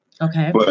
Okay